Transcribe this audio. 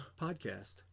podcast